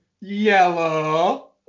yellow